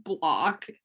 block